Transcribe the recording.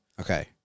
Okay